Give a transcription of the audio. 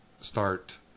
start